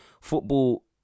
Football